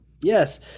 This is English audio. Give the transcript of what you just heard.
Yes